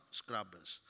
scrubbers